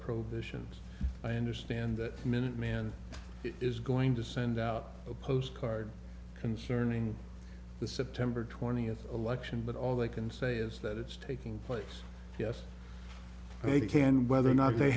appropriations i understand that minuteman is going to send out a postcard concerning the september twentieth election but all they can say is that it's taking place yes they can whether or not they